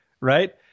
right